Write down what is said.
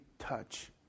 touch